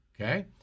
Okay